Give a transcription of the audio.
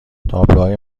تابلوهای